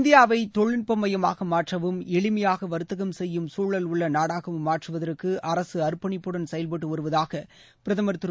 இந்தியாவைதொழில்நுட்பமையமாகமாற்றவும் எளிமையாகவர்த்தகம் செய்யும் சசூழல் உள்ளநாடாகவும் மாற்றுவதற்கு அரசு அர்ப்பணிப்புடன் செயல்பட்டுவருதாகபிரதமர் திரு